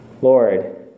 Lord